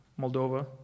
Moldova